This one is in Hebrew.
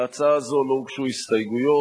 להצעה זו לא הוגשו הסתייגויות,